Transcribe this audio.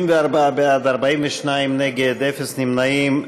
34 בעד, 42 נגד, אפס נמנעים.